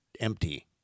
empty